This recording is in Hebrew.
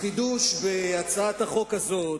החידוש בהצעת החוק הזאת,